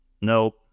No